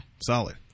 Solid